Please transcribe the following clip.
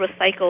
recycle